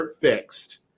fixed